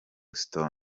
stone